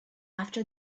after